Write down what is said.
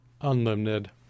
unlimited